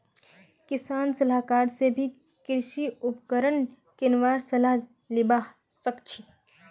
किसान सलाहकार स भी कृषि उपकरण किनवार सलाह लिबा सखछी